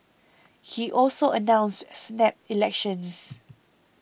he also announced snap elections